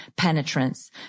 penetrance